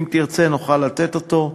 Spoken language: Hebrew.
אם תרצה נוכל לתת אותו,